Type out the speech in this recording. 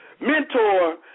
Mentor